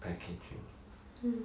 mm